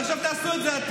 שמעת מה אמרה לו?